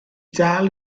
dal